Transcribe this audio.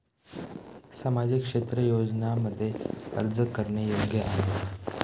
सामाजिक क्षेत्र योजनांमध्ये अर्ज करणे योग्य आहे का?